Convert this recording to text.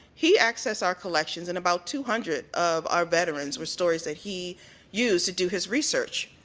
he access our collections and about two hundred of our veterans with stories that he used to do his research.